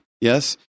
yes